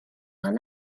lân